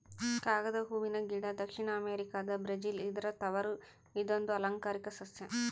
ಕಾಗದ ಹೂವನ ಗಿಡ ದಕ್ಷಿಣ ಅಮೆರಿಕಾದ ಬ್ರೆಜಿಲ್ ಇದರ ತವರು ಇದೊಂದು ಅಲಂಕಾರ ಸಸ್ಯ